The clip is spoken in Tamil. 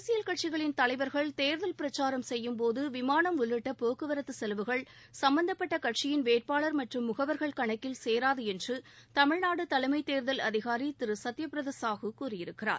அரசியல் கட்சிகளின் தலைவர்கள் தேர்தல் பிரச்சாரம் செய்யும்போது விமானம் உள்ளிட்ட போக்குவரத்து செலவுகள் சம்பந்தப்பட்ட கட்சியின் வேட்பாளர் மற்றும் முகவர்கள் கணக்கில் சேராது என்று தமிழ்நாடு தலைமை தேர்தல் அதிகாரி திரு சத்தயபிரத சாகு கூறியிருக்கிறார்